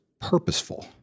purposeful